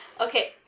Okay